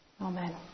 Amen